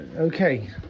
Okay